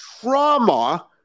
trauma